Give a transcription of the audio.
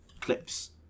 clips